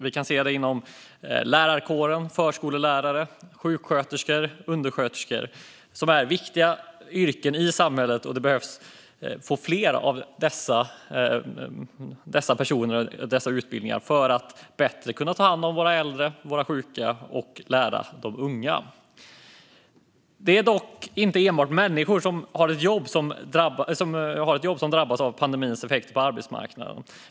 Vi kan se det inom lärarkåren och bland förskollärare, sjuksköterskor och undersköterskor. Detta är viktiga yrken i samhället, och vi behöver få fler av dessa personer och dessa utbildningar för att bättre kunna ta hand om våra äldre och våra sjuka och lära de unga. Det är dock inte enbart människor som har ett jobb som drabbas av pandemins effekter på arbetsmarknaden.